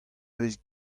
vez